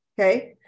Okay